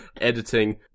editing